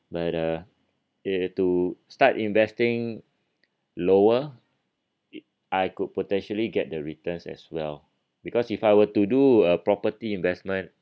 but uh a to start investing lower it I could potentially get the returns as well because if I were to do a property investment